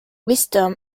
wisdom